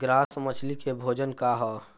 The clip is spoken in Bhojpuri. ग्रास मछली के भोजन का ह?